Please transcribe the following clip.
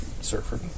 Surfer